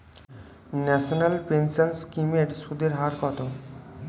National pension scheme এর সুদের হার কত?